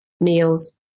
meals